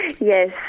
Yes